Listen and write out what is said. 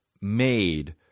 made